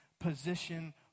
position